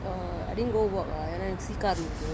well I didn't go work lah ஏன்னா எனக்கு:yenna enaku sick ah do know